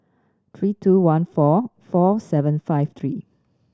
three two one four four seven five three